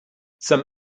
some